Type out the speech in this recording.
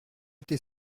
été